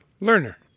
learner